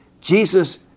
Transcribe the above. Jesus